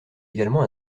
également